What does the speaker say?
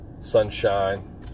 Sunshine